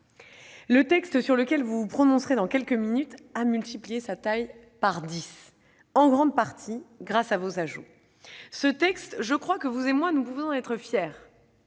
Le texte sur lequel vous vous prononcerez dans quelques minutes a vu sa taille multipliée par dix, en grande partie grâce à vos ajouts. Ce texte, vous et moi pouvons en être fiers.